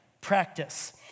practice